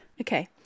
okay